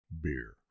beer